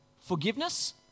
Forgiveness